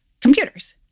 computers